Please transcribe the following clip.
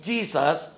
Jesus